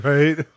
Right